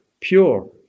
pure